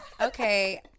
okay